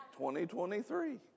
2023